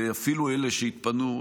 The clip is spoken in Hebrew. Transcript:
ואפילו אלה שיתפנו,